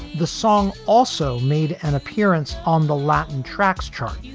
the song also made an appearance on the latin tracks chart.